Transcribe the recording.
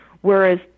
whereas